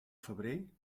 febrer